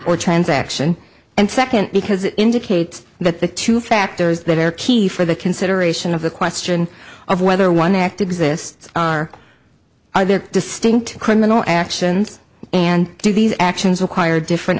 or transaction and second because it indicates that the two factors that are key for the consideration of the question of whether one act exists or are there distinct criminal actions and do these actions require different